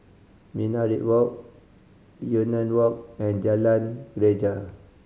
Minaret Walk Yunnan Walk and Jalan Greja